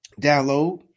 download